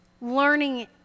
learning